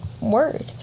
word